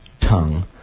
tongue